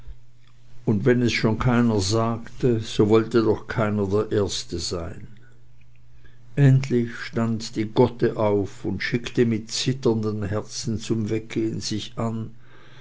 und wenn es schon keiner sagte so wollte doch keiner der erste sein endlich stund die gotte auf und schickte mit zitterndem herzen zum weggehn sich an